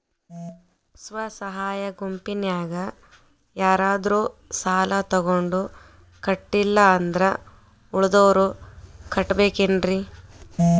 ಸ್ವ ಸಹಾಯ ಗುಂಪಿನ್ಯಾಗ ಯಾರಾದ್ರೂ ಸಾಲ ತಗೊಂಡು ಕಟ್ಟಿಲ್ಲ ಅಂದ್ರ ಉಳದೋರ್ ಕಟ್ಟಬೇಕೇನ್ರಿ?